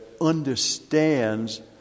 understands